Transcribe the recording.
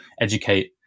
educate